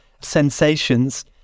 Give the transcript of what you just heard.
sensations